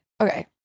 Okay